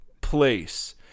place